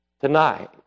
tonight